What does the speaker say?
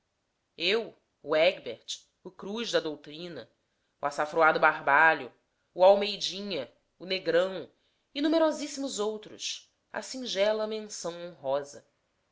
egbert o cruz da doutrina o açafroado barbalho o almeidinha o negrão e numerosíssimos outros a singela menção honrosa